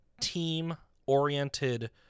team-oriented